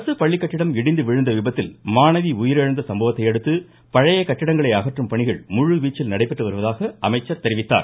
அரசு பள்ளிக்கட்டிடம் இடிந்து விழுந்த விபத்தில் மாணவி உயிரிழந்த சம்பவத்தையடுத்து பழைய கட்டிடங்களை அகற்றும் பணிகள் முழுவீச்சில் நடைபெற்றுவருவதாக அமைச்சர் தெரிவித்தார்